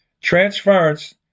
Transference